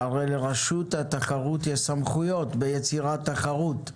הרי לרשות התחרות יש סמכויות ביצירת תחרות.